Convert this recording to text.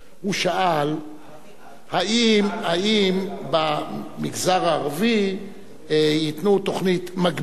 הוא שאל אם במגזר הערבי ייתנו תוכנית מקבילה.